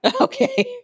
okay